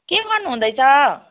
के गर्नुहुँदैछ